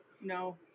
No